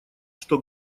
что